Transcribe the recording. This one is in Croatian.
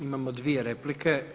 Imamo dvije replike.